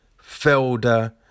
Felder